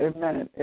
Amen